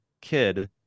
kid